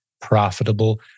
profitable